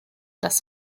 das